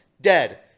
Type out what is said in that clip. Dead